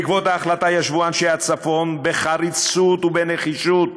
בעקבות ההחלטה ישבו אנשי הצפון בחריצות ובנחישות